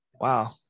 Wow